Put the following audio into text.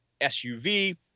SUV